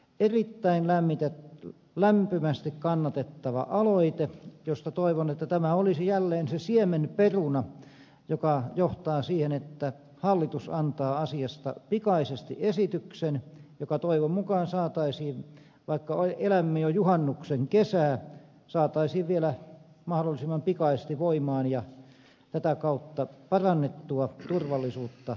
erittäin lämpimästi kannatettava aloite josta toivon että tämä olisi jälleen se siemenperuna joka johtaa siihen että hallitus antaa asiasta pikaisesti esityksen joka toivon mukaan vaikka elämme jo juhannuksen kesää saataisiin vielä mahdollisimman pikaisesti voimaan ja tätä kautta parannettua turvallisuutta vesillä